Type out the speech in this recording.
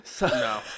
No